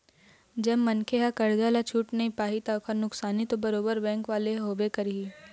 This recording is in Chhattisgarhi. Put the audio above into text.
जब मनखे ह करजा ल छूट नइ पाही ता ओखर नुकसानी तो बरोबर बेंक वाले ल होबे करही